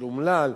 של אומלל,